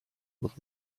would